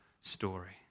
story